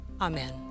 Amen